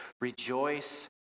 rejoice